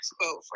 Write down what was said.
quote